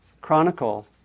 Chronicle